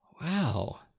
Wow